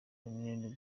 runini